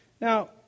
Now